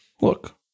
Look